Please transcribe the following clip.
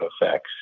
effects